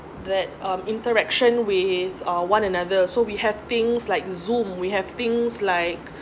but um interaction with uh one another so we have things like zoom we have things like